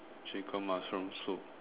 chicken mushroom soup